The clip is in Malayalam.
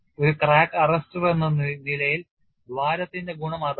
ഒരു ക്രാക്ക് അറസ്റ്ററെന്ന നിലയിൽ ദ്വാരത്തിന്റെ ഗുണം അതാണ്